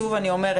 שוב אני אומרת,